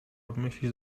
obmyślić